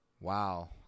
wow